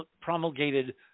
promulgated